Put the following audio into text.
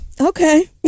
okay